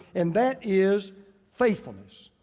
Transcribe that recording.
and that is faithfulness.